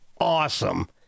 awesome